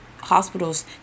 hospitals